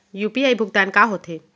UPI भुगतान का होथे?